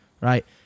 right